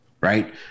right